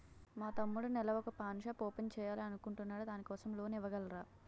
మా తమ్ముడు నెల వొక పాన్ షాప్ ఓపెన్ చేయాలి అనుకుంటునాడు దాని కోసం లోన్ ఇవగలరా?